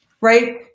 right